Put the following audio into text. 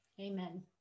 Amen